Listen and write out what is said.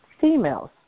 Females